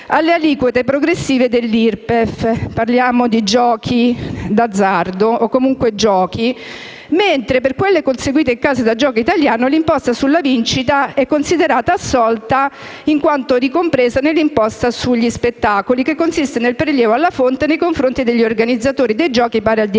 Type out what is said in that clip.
alle aliquote progressive dell'IRPEF (parliamo di giochi d'azzardo o comunque di giochi), mentre per quelle conseguite in case di gioco italiane l'imposta sulla vincita è considerata assolta in quanto ricompresa nell'imposta sugli spettacoli, consistente in un prelievo alla fonte nei confronti degli organizzatori dei giochi pari al 10 per